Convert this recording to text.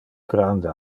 grande